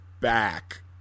back